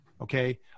okay